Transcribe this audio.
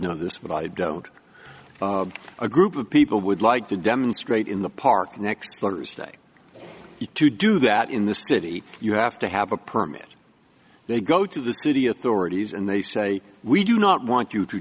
know this but i don't a group of people would like to demonstrate in the park next thursday to do that in the city you have to have a permit they go to the city authorities and they say we do not want you to